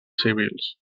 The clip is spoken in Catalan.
civils